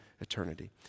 eternity